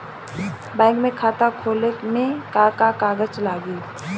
Bank में खाता खोले मे का का कागज लागी?